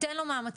ייתן לו מאמצים,